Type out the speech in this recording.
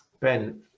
Ben